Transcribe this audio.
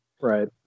Right